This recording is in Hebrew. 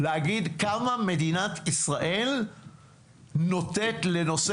להגיד כמה מדינת ישראל נותנת לנושא